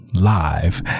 live